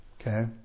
okay